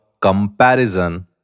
comparison